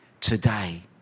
today